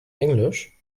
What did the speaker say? englisch